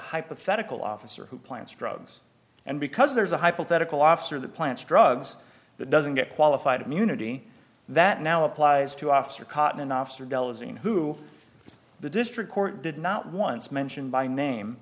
hypothetical officer who plants drugs and because there's a hypothetical officer that plants drugs that doesn't get qualified immunity that now applies to officer cotton and officer delozier who the district court did not once mention by name